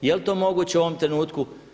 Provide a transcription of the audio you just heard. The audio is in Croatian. Jel to moguće u ovom trenutku?